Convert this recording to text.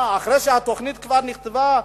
אחרי שהתוכנית כבר נכתבה,